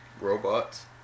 robots